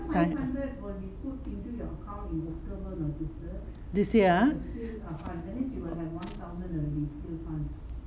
this year ah